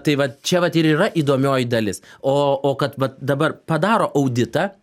tai vat čia vat ir yra įdomioji dalis o o kad vat dabar padaro auditą